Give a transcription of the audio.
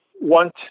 want